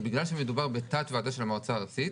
בגלל שמדובר בתת ועדה של המועצה הארצית,